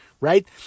right